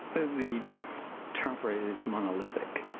the term for it is monolithic,